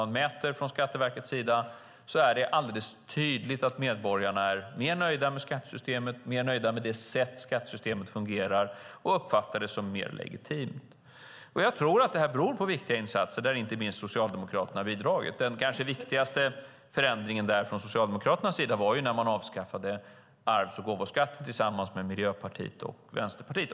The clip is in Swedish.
När Skatteverket mäter detta är det alldeles tydligt att medborgarna är mer nöjda med skattesystemet, är mer nöjda med det sätt som skattesystemet fungerar och uppfattar det som mer legitimt. Jag tror att det beror på viktiga insatser, där inte minst Socialdemokraterna har bidragit. Den kanske viktigaste förändringen från Socialdemokraternas sida var att avskaffa arvs och gåvoskatten tillsammans med Miljöpartiet och Vänsterpartiet.